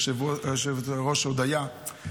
היושבת-ראש הודיה,